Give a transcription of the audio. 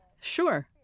Sure